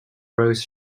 rose